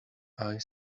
eye